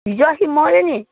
हिजो अस्ति मर्यो नि